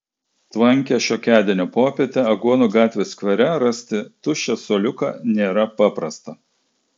tvankią šiokiadienio popietę aguonų gatvės skvere rasti tuščią suoliuką nėra paprasta